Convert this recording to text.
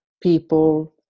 people